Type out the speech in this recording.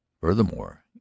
Furthermore